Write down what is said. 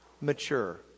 Mature